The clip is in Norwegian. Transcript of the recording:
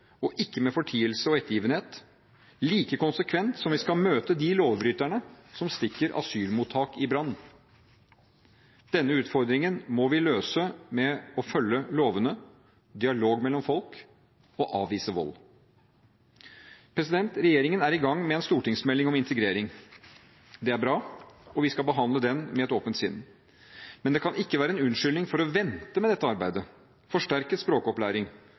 og ikke med fortielse og ettergivenhet – like konsekvent som vi skal møte de lovbryterne som stikker asylmottak i brann. Denne utfordringen må vi løse med å følge lovene, med dialog mellom folk og med å avvise vold. Regjeringen er i gang med en stortingsmelding om integrering. Det er bra, og vi skal behandle den med et åpent sinn. Men det kan ikke være en unnskyldning for å vente med dette arbeidet: forsterket språkopplæring,